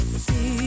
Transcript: see